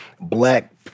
black